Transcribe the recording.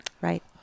Right